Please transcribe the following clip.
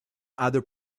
other